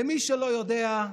למי שלא יודע,